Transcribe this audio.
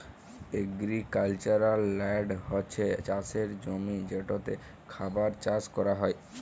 agricultural land হছে চাষের জমি যেটতে খাবার চাষ ক্যরা হ্যয়